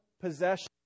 possession